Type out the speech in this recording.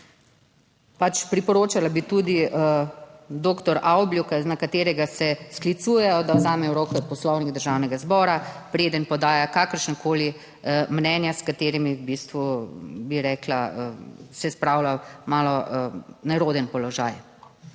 priporočala bi tudi doktor Avblju, na katerega se sklicujejo, da vzame v roke Poslovnik Državnega zbora, preden podajo kakršnakoli mnenja, s katerimi v bistvu, bi rekla, se spravlja v malo neroden položaj.